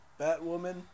Batwoman